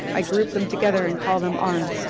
i group them together and call them arm.